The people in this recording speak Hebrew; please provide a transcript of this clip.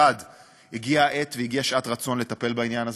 1. הגיעה העת והגיעה שעת רצון לטפל בעניין הזה,